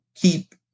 keep